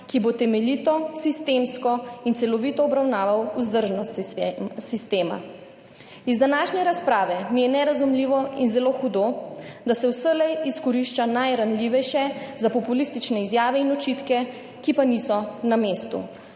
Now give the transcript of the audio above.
ki bo temeljito, sistemsko in celovito obravnaval vzdržnost sistema. Iz današnje razprave mi je nerazumljivo in zelo hudo, da se vselej izkorišča najranljivejše za populistične izjave in očitke, ki pa niso na mestu.